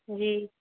जी